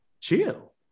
chill